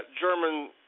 German